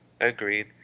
Agreed